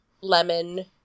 lemon